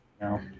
No